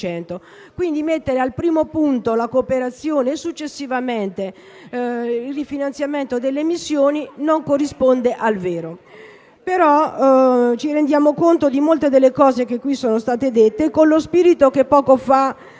Quindi, mettere al primo punto la cooperazione e successivamente il rifinanziamento delle missioni non corrisponde al vero. Tuttavia, ci rendiamo conto di molte delle cose che qui sono state dette. Con lo spirito che poco fa